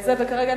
ודאי.